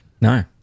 No